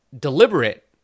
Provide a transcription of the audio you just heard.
deliberate